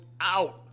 out